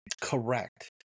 Correct